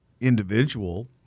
individual